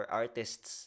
artists